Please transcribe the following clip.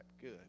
good